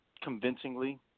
convincingly